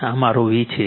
આ મારો v છે